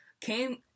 came